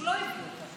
הוא לא הביא אותה.